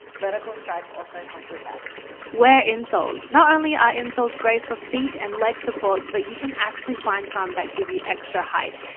vertical stripes also help with that too, wear insoles not only are insoles great for feet and legs support, but you can actually find some that give you extra height,